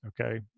okay